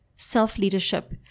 self-leadership